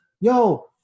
Yo